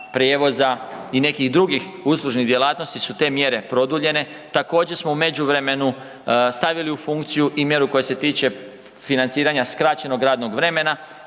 i nekih drugih uslužnih djelatnosti su te mjere produljene. Također smo u međuvremenu stavili u funkciju i mjeru koja se tiče financiranja skraćenog radnog vremena,